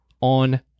on